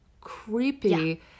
creepy